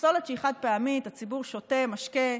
פסולת שהיא חד-פעמית, הציבור שותה משקה,